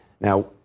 Now